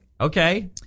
okay